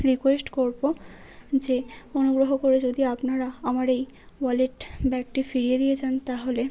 request করব যে অনুগ্রহ করে যদি আপনারা আমার এই ওয়ালেট ব্যাগটি ফিরিয়ে দিয়ে যান তাহলে